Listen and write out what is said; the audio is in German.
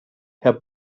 herr